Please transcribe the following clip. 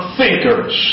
thinkers